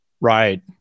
Right